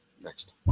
Next